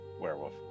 werewolf